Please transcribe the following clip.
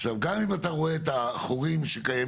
עכשיו גם אם אתה רואה את החורים הקיימים